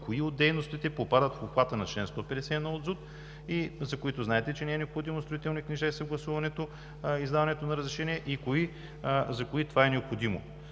кои от дейностите попадат в обхвата на чл. 151 от ЗУТ и за които знаете, че не е необходимо строителни книжа и съгласуването, издаването на разрешение и за кои това е необходимо.